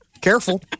Careful